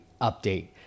update